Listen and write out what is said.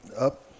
Up